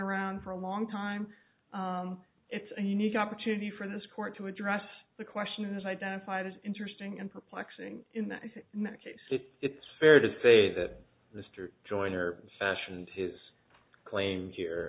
around for a long time it's a unique opportunity for this court to address the question as identified as interesting and perplexing in that case it's fair to say that the strip joints are fashioned his claims here